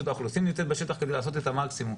האוכלוסין נמצאת בשטח כדי לעשות את המקסימום,